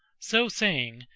so saying,